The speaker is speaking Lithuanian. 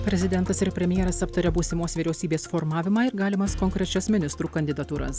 prezidentas ir premjeras aptarė būsimos vyriausybės formavimą ir galimas konkrečias ministrų kandidatūras